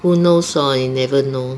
who knows lor you never know